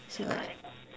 so like